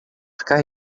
ficar